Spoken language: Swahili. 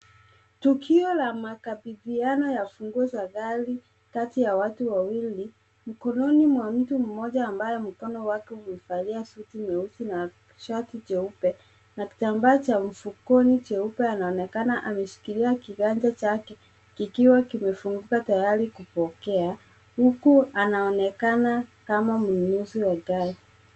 Tukio la makabidhiano ya funguo za gari kati ya watu wawili mkononi mwa mtu mmoja ambaye mkono wake umevalia suti nyeusi na shati jeupe na kitambaa cha mfukoni jeupe anaonekana ameshikilia kiganja chake kikiwa kimefunguka tayari kupokea, huku anaonekana kama mnunuzi wa gari.